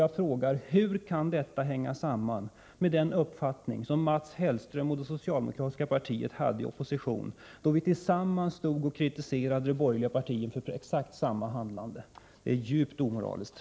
Jag frågar: Hur kan det hänga samman med den uppfattning som Mats Hellström och det socialdemokratiska partiet hade i opposition, då vi tillsammans kritiserade de borgerliga partierna för exakt samma handlande? Detta är djupt omoraliskt!